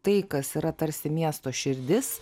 tai kas yra tarsi miesto širdis